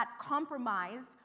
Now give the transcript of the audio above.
compromised